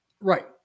Right